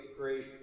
great